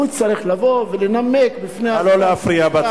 הוא צריך לבוא ולנמק בפני הגורמים,